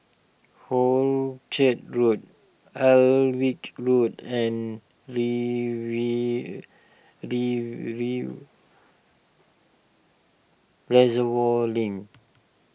Hornchurch Road Alnwick Road and Reservoir Link